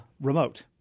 remote